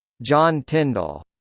john tyndall,